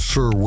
Sir